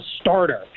starter